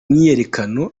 myiyerekano